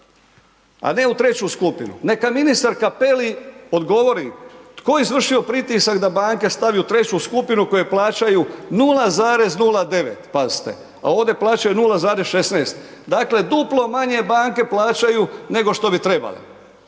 a ne u treću skupinu. Neka ministar Cappelli odgovori tko je izvršio pritisak da banke stavi u treću skupinu koje plaćaju 0,09, pazite, a ovdje plaćaju 0,16, dakle, duplo manje banke plaćaju, nego što bi trebale.